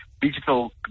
digital